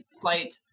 flight